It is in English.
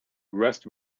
rest